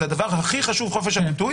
שחופש הביטוי